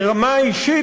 ברמה האישית,